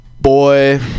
boy